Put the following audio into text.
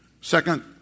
Second